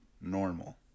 normal